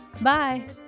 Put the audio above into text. Bye